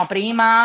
Prima